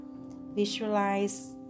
Visualize